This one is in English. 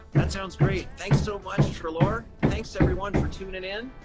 that sounds great. thanks so much, treloar. thanks everyone for tuning in.